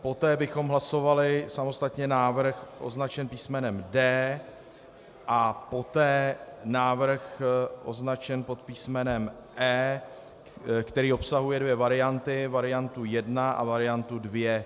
Poté bychom hlasovali samostatně návrh označený písmenem D a poté návrh označený pod písmenem E, který obsahuje dvě varianty, variantu 1 a variantu 2.